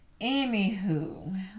Anywho